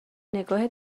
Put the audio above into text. نگاه